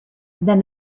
then